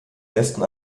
westen